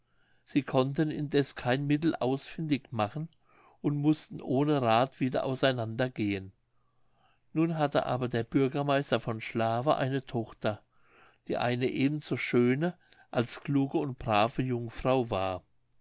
sie konnten indeß kein mittel ausfindig machen und mußten ohne rath wieder aus einander gehen nun hatte aber der bürgermeister von schlawe eine tochter die eine eben so schöne als kluge und brave jungfrau war